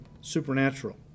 supernatural